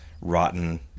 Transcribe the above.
rotten